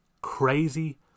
crazy